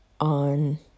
on